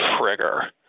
trigger